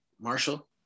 Marshall